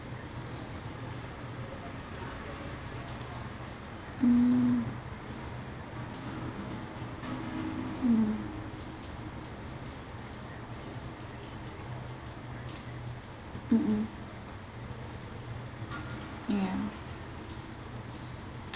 mm mm mmhmm ya